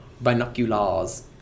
Binoculars